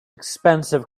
expensive